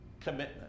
commitment